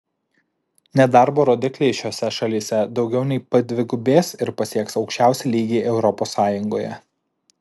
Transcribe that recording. nedarbo rodikliai šiose šalyse daugiau nei padvigubės ir pasieks aukščiausią lygį europos sąjungoje